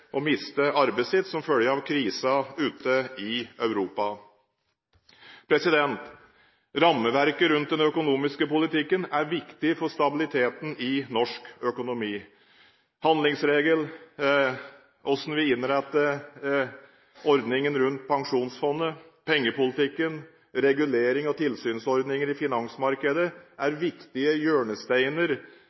å miste arbeidet sitt som følge av krisen ute i Europa. Rammeverket rundt den økonomiske politikken er viktig for stabiliteten i norsk økonomi – handlingsregelen, hvordan vi innretter ordningen rundt pensjonsfondet, pengepolitikken, regulerings- og tilsynsordninger i finansmarkedet er viktige hjørnesteiner